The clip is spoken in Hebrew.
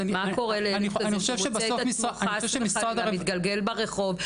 מה קורה לילד כזה שמוצא את עצמו חס וחלילה מתגלגל ברחובות,